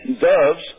doves